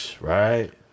right